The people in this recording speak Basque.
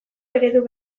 eredu